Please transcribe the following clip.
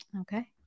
Okay